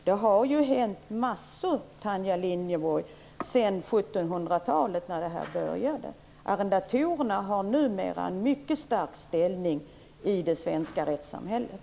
Det har ju hänt mängder av saker sedan 1700-talet, Tanja Linderborg, när detta system infördes. Arrendatorerna har numera en mycket stark ställning i det svenska rättssamhället.